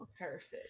perfect